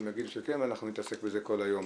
יגידו שכן ואנחנו נתעסק בזה כל היום.